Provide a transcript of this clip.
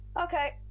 Okay